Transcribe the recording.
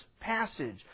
passage